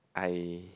I